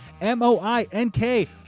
M-O-I-N-K